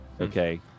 okay